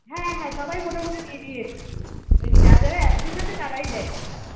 হ্যাঁ হ্যাঁ সবাই মোটামুটি দিয়ে দিয়েছে ওই কি যারা যারা অ্যাবসেন্ট হয়েছে তারাই দেয় নি